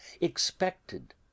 expected